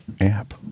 app